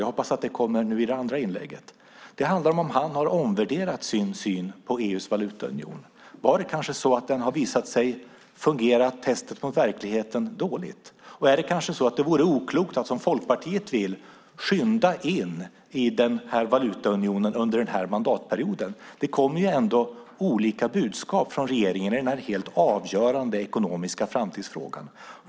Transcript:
Jag hoppas att det kommer i det andra inlägget. De handlar om huruvida han har omvärderat sin syn på EU:s valutaunion. Har den kanske i testet från verkligheten visat sig fungera dåligt? Vore det kanske oklokt att som Folkpartiet vill skynda in i valutaunionen under den här mandatperioden? Det kommer ändå olika budskap från regeringen i den här avgörande ekonomiska framtidsfrågan.